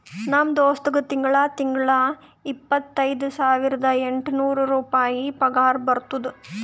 ನಮ್ ದೋಸ್ತ್ಗಾ ತಿಂಗಳಾ ತಿಂಗಳಾ ಇಪ್ಪತೈದ ಸಾವಿರದ ಎಂಟ ನೂರ್ ರುಪಾಯಿ ಪಗಾರ ಬರ್ತುದ್